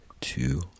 two